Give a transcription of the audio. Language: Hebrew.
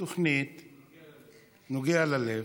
נוגע ללב.